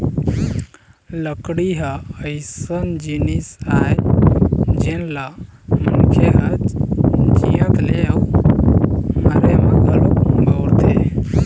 लकड़ी ह अइसन जिनिस आय जेन ल मनखे ह जियत ले अउ मरे म घलोक बउरथे